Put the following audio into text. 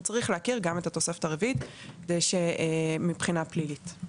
הוא צריך להכיר גם את התוספת הרביעית מבחינה פלילית.